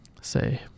say